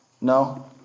No